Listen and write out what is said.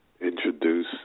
introduce